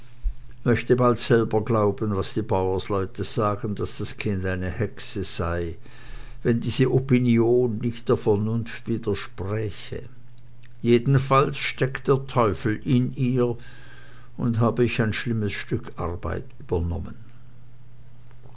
möchte bald selber glauben was die bauersleute sagen daß das kind eine hexe sey wenn diese opinion nicht der vernunft widerspräche jeden falls steckt der teufel in ihr und habe ich ein schlimmes stück arbeit übernommen